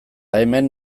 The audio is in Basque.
hemen